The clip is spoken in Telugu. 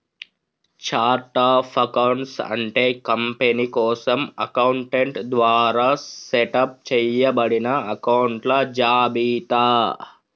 ఛార్ట్ ఆఫ్ అకౌంట్స్ అంటే కంపెనీ కోసం అకౌంటెంట్ ద్వారా సెటప్ చేయబడిన అకొంట్ల జాబితా